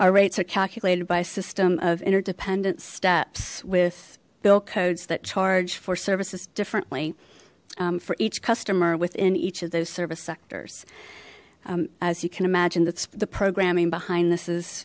our rates are calculated by system of interdependent steps with bill codes that charge for services differently for each customer within each of those service sectors as you can imagine that's the programming behind this is